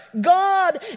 God